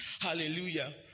Hallelujah